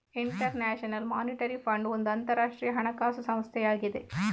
inter national monetary fund ಒಂದು ಅಂತರಾಷ್ಟ್ರೀಯ ಹಣಕಾಸು ಸಂಸ್ಥೆಯಾಗಿದೆ